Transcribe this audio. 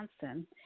Johnson